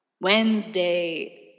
Wednesday